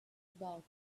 about